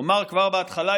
"אומר כבר בהתחלה",